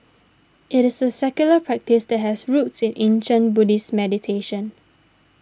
it is a secular practice that has roots in ancient Buddhist meditation